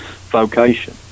vocation